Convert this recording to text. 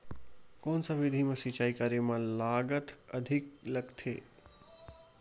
कोन सा विधि म सिंचाई करे म लागत अधिक लगथे?